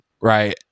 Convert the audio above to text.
right